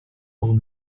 old